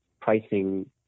pricing